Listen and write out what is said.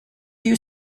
you